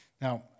Now